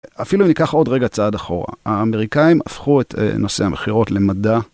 אפילו ניקח עוד רגע צעד אחורה, האמריקאים הפכו את נושא המכירות למדע.